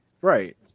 right